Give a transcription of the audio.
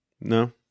no